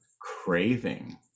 craving